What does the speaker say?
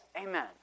amen